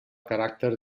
caràcter